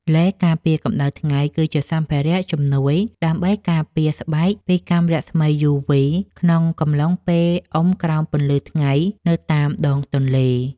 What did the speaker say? ឡេការពារកម្ដៅថ្ងៃ គឺជាសម្ភារៈជំនួយដើម្បីការពារស្បែកពីកាំរស្មីយូវី ក្នុងកំឡុងពេលអុំក្រោមពន្លឺថ្ងៃនៅតាមដងទន្លេ។